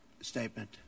statement